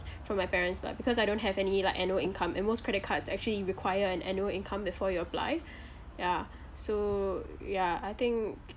from my parents lah because I don't have any like annual income and most credit cards actually require an annual income before you apply yeah so yeah I think